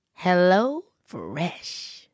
HelloFresh